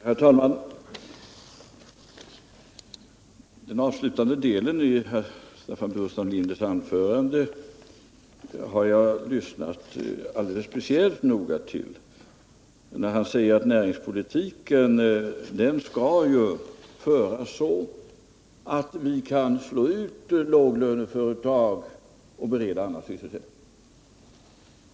Herr talman! Den avslutande delen av herr Staffan Burenstam Linders anförande har jag lyssnat alldeles speciellt noga till — när han säger att näringspolitiken ju skall föras så att vi kan slå ut låglöneföretag och bereda annan sysselsättning.